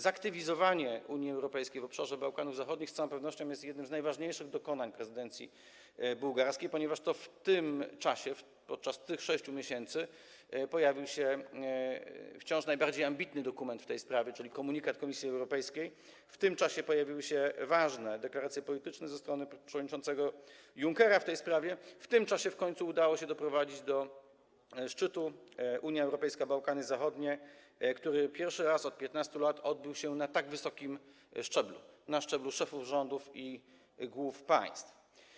Zaktywizowanie Unii Europejskiej w obszarze Bałkanów Zachodnich z całą pewnością jest jednym z najważniejszych dokonań prezydencji bułgarskiej, ponieważ to w tym czasie, podczas tych 6 miesięcy pojawił się wciąż najbardziej ambitny dokument w tej sprawie, czyli komunikat Komisji Europejskiej, w tym czasie pojawiły się ważne deklaracje polityczne ze strony przewodniczącego Junckera w tej sprawie, w tym czasie w końcu udało się doprowadzić do szczytu Unia Europejska - Bałkany Zachodnie, który pierwszy raz od 15 lat odbył się na tak wysokim szczeblu, na szczeblu szefów rządów i głów państw.